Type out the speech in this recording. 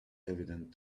evident